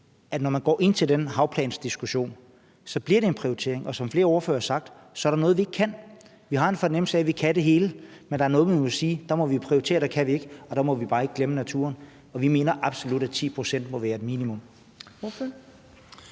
for når man går ind til den havplansdiskussion, bliver det en prioritering. Som flere ordførere har sagt, er der noget, vi ikke kan. Vi har en fornemmelse af, at vi kan det hele, men der er noget, hvor vi må sige, at der må vi prioritere, og at der kan vi ikke. Der må vi bare ikke glemme naturen, og vi mener absolut, at 10 pct. må være et minimum.